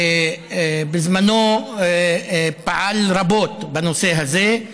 שבזמנו פעל רבות בנושא הזה,